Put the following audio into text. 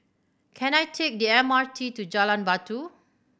can I take the M R T to Jalan Batu